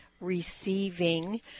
receiving